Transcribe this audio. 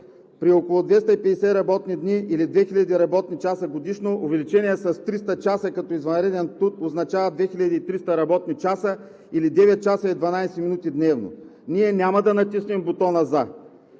При около 250 работни дни или 2000 работни часа годишно, увеличение с 300 часа извънреден труд означава 2300 работни часа или 9 часа и 12 минути дневно. Ние няма да натиснем бутона „за“.